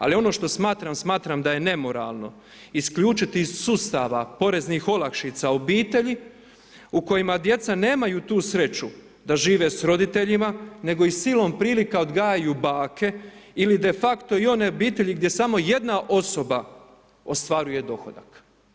Ali ono što smatram, smatram da je nemoralno, isključiti iz sustava poreznih olakšica obitelji, u kojima djecu nemaju te sreću da žive s roditeljima, nego i silom prilika odgajaju bake ili de facto i one obitelji, gdje samo jedna osoba ostvaruje dohodak.